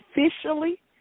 officially